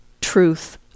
truth